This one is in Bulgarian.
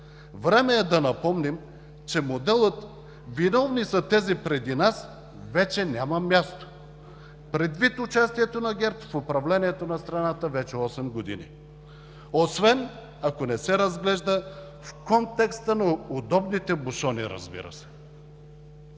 Време е да напомним, че моделът „виновни са тези преди нас“ вече няма място, предвид участието на ГЕРБ в управлението на страната вече осем години, освен ако не се разглежда в контекста на удобните бушони, разбира се.